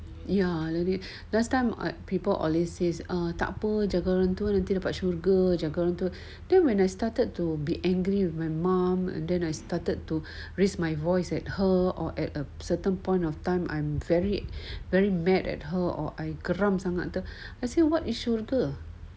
ya really last time I people always says ah tak apa jaga orang tua nanti dapat syurga jaga orang tua then when I started to be angry with my mum and then I started to raise my voice at her or at a certain point of time I'm very very mad at her or I geram sangat ke then what is syurga